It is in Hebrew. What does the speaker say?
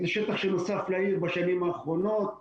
זה שטח שנוסף לעיר בשנים האחרונות ממש.